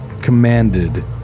commanded